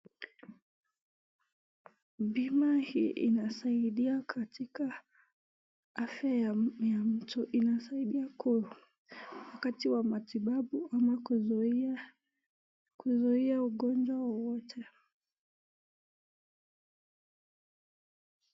Bima hii inasaidia katika afya ya mtu. Inasaidia wakati wa matibabu ama kuzuia ugonjwa wowote.